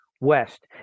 West